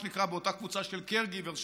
באותה קבוצה של מה שנקרא care givers,